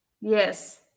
Yes